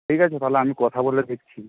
ঠিক আছে তাহলে আমি কথা বলে দেখছি